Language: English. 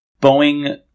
Boeing